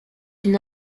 une